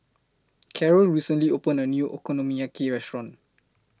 Karyl recently opened A New Okonomiyaki Restaurant